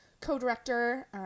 co-director